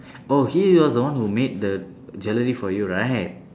oh he was the one who made the for you right